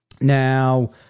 Now